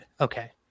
Okay